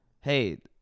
Hey